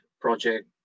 project